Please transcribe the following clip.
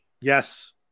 yes